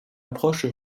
approche